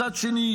מצד שני,